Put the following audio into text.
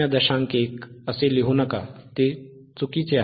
1 असे लिहू नका ते चुकीचे आहे